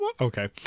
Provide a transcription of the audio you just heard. Okay